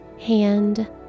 hand